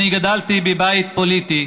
אני גדלתי בבית פוליטי